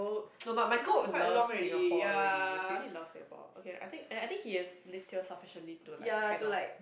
no but Michael loves Singapore already he already loves Singapore okay I think and I think he has lived here sufficiently to like kind of